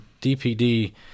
DPD